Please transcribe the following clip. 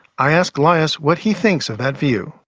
i ask layas what he thinks of that view.